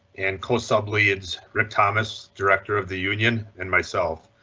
and co sub leads rick thomas, director of the union and myself.